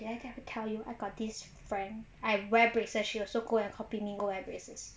did I get to tell you I got this friend I wear braces she also go and copy me go wear braces